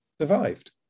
survived